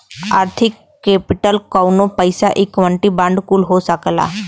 आर्थिक केपिटल कउनो पइसा इक्विटी बांड कुल हो सकला